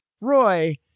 Roy